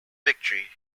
victory